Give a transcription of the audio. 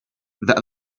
that